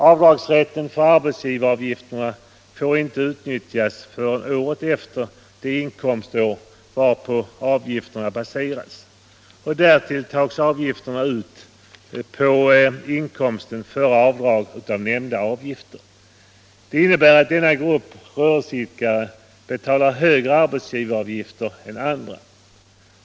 Avdragsrätten för arbetsgivaravgifter får inte utnyttjas förrän året efter det inkomstår varpå avgifterna baseras och därtill tas avgifterna ut på inkomster före avdrag av nämnda avgifter. Det innebär att denna grupp rörelseidkare betalar högre arbetsgivaravgifter än andra.